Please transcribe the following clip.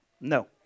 No